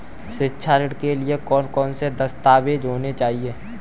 शिक्षा ऋण के लिए कौन कौन से दस्तावेज होने चाहिए?